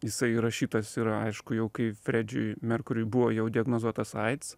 jisai įrašytas yra aišku jau kai fredžiui merkuriui buvo jau diagnozuotas aids